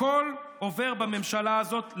הכול עובר בממשלה הזאת.